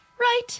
right